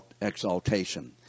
exaltation